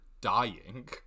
dying